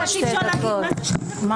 הכנסת דוידסון,